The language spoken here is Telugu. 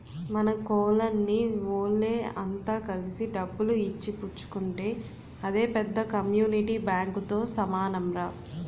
మన కోలనీ వోళ్ళె అంత కలిసి డబ్బులు ఇచ్చి పుచ్చుకుంటే అదే పెద్ద కమ్యూనిటీ బాంకుతో సమానంరా